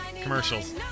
Commercials